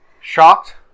shocked